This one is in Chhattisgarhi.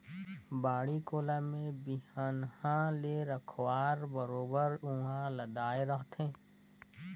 बाड़ी कोला में बिहन्हा ले रखवार बरोबर उहां लदाय रहथे